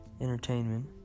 entertainment